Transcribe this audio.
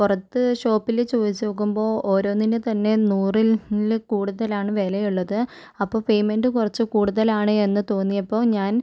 പുറത്ത് ഷോപ്പിൽ ചോദിച്ചു നോക്കുമ്പോൾ ഓരോന്നിനും തന്നെ നൂറിൽ കൂടുതലാണ് വിലയുള്ളത് അപ്പം പേയ്മെൻറ് കുറച്ചു കൂടുതലാണ് എന്ന് തോന്നിയപ്പോൾ ഞാൻ